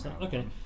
Okay